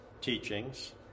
teachings